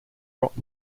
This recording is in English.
rock